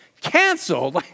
canceled